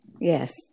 yes